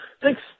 Thanks